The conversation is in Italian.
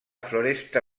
foresta